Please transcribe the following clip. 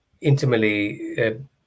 intimately